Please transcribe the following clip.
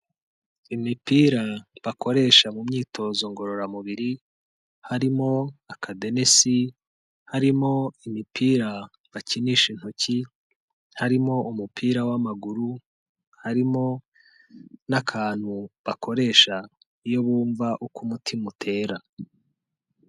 Imipira bakoresha mu myitozo ngororamubiri harimo akadenesi, harimo imipira bakinisha intoki, harimo umupira w'amaguru, harimo n'akantu bakoresha iyo bumva uko umutima utera.